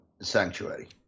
sanctuary